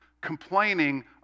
complaining